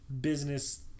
business